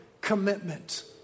commitment